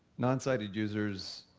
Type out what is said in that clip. non-sighted users,